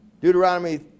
Deuteronomy